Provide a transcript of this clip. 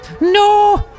No